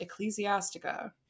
Ecclesiastica